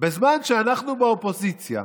בזמן שאנחנו באופוזיציה,